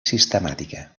sistemàtica